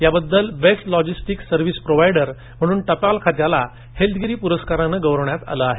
याबद्दल best logistic service provider म्हणून टपाल खात्याला हेल्थगिरी पुरस्कारानं गौरवण्यात आलं आहे